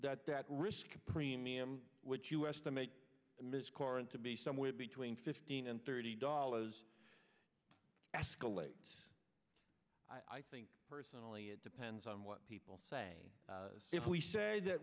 that that risk premium which you estimate current to be somewhere between fifteen and thirty dollars escalate i think personally it depends on what people say if we say th